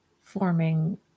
forming